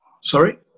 Sorry